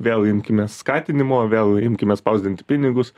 vėl imkimės skatinimo vėl imkime spausdint pinigus